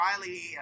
Riley